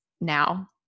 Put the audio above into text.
now